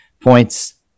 points